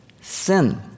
Sin